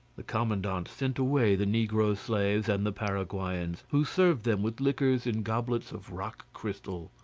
the commandant sent away the negro slaves and the paraguayans, who served them with liquors in goblets of rock-crystal.